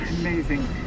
Amazing